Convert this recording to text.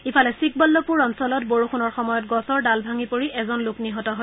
ইফালে চিকবল্লপুৰ অঞ্চলত বৰষুণৰ সময়ত গছৰ ডাল ভাঙি পৰি এজন লোক নিহত হয়